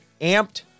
amped